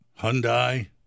Hyundai